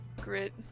grit